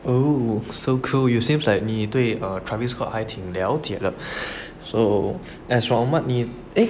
oh so cool it seems like 你对 travis scott 还挺了解的 so as from what 你 eh